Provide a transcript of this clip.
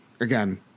again